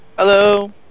Hello